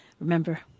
Remember